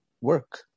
work